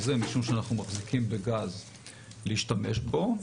זה משום שאנחנו מחזיקים בגז להשתמש בו,